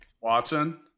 watson